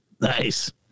nice